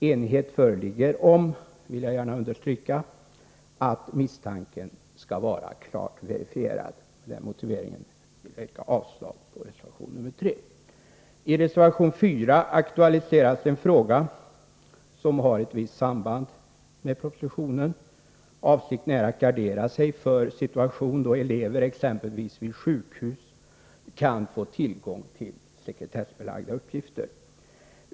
Enighet föreligger om -— det vill jag gärna understryka — att misstanken skall vara klart verifierad. Med den motiveringen vill jag yrka avslag på reservation 3. I reservation 4 aktualiseras en fråga som har visst samband med propositionen. Avsikten är att gardera sig för en situation då elever exempelvis vid sjukhus kan få tillgång till sekretessbelagda uppgifter.